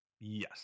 yes